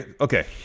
Okay